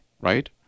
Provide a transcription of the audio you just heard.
right